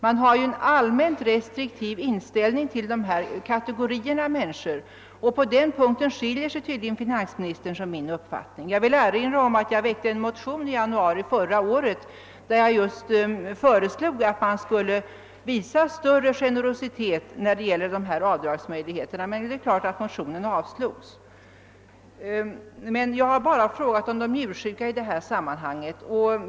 Man har en allmänt restriktiv inställning till denna kategori människor, och på den punkten skiljer sig tydligen finansministerns och min uppfattning. Jag vill erinra om att jag väckte en motion i januari förra året, där jag just föreslog ait man skulle visa större generositet beträffande dessa avdragsmöjligheter. Men självfallet avslogs den motionen. Jag har i detta sammanhang endast frågat om de njursjuka.